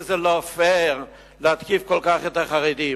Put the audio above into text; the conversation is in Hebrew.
וזה לא פייר להתקיף כל כך את החרדים.